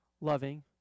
loving